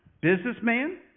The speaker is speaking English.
Businessman